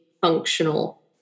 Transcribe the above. functional